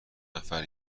نفر